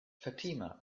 fatima